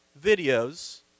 videos